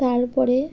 তার পরে